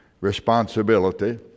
responsibility